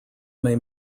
may